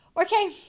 okay